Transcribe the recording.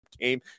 game